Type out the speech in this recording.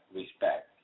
respect